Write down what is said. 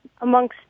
amongst